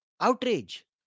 Outrage